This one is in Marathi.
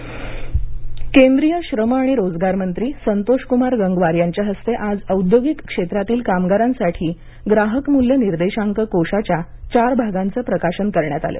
गंगवार केंद्रीय श्रम आणि रोजगार मंत्री संतोष कुमार गंगवार यांच्या हस्ते आज औद्योगिक क्षेत्रातील कामगारांसाठी ग्राहक मूल्य निर्देशांक कोशाच्या चार भागांचं प्रकाशन करण्यात आलं